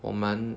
我们